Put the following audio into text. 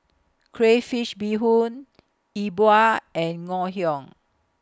Crayfish Beehoon Yi Bua and Ngoh Hiang